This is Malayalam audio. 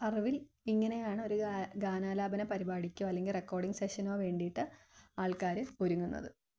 അറിവിൽ ഇങ്ങനെ ആണ് ഒരു ഗാനാലാപന പരിപാടിക്കോ അല്ലെങ്കില് റെക്കോഡിങ് സെഷനോ വേണ്ടിയിട്ട് ആൾക്കാര് ഒരുങ്ങുന്നത്